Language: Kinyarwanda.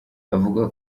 avuga